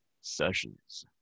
sessions